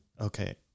Okay